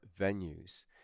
venues